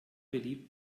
beliebt